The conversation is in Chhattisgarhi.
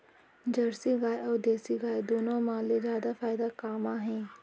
जरसी गाय अऊ देसी गाय दूनो मा ले जादा फायदा का मा हे?